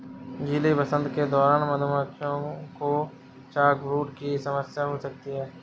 गीले वसंत के दौरान मधुमक्खियों को चॉकब्रूड की समस्या हो सकती है